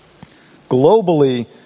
Globally